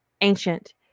Ancient